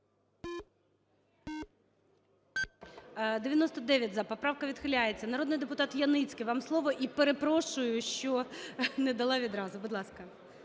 За-99 Поправка відхиляється. Народний депутат Яніцький, вам слово. І перепрошую, що не дала відразу. Будь ласка,